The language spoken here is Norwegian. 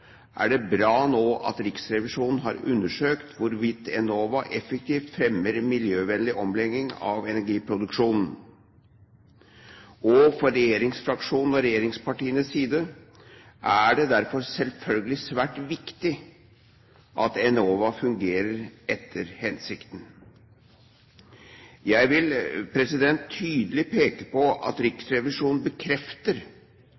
undersøkt hvorvidt Enova effektivt fremmer miljøvennlig omlegging av energiproduksjonen. For regjeringsfraksjonen og regjeringspartiene er det derfor selvfølgelig svært viktig at Enova fungerer etter hensikten. Jeg vil tydelig peke på at